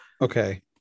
okay